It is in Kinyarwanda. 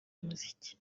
umuziki